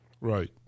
Right